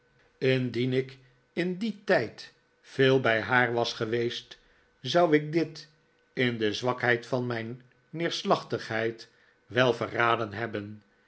indien ik in dien tijd veel bij haar was geweest zou ik dit in de zwakheid van mijn neerslachtigheid wel verraden hebben